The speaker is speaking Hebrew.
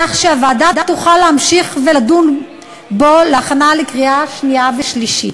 כך שהוועדה תוכל להמשיך ולדון בו להכנה לקריאה שנייה ושלישית.